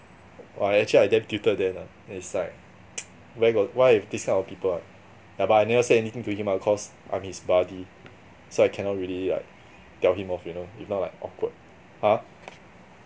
oh I actually I damn tutored then lah it's like where got why have this kind of people ah yeah but I never said anything to him lah cause I'm his buddy so I cannot really like tell him off you know if not like awkward !huh!